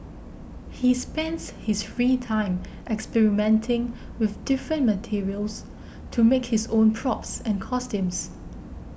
he spends his free time experimenting with different materials to make his own props and costumes